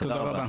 תודה רבה.